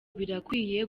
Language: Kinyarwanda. birakwiye